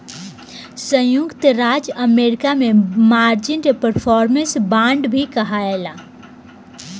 संयुक्त राज्य अमेरिका में मार्जिन के परफॉर्मेंस बांड भी कहाला